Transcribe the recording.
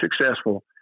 successful